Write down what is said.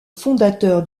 fondateur